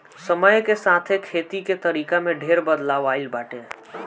समय के साथे खेती के तरीका में ढेर बदलाव आइल बाटे